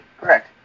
Correct